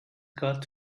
got